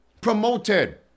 promoted